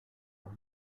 dos